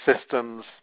systems